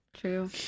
True